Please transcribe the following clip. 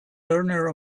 learner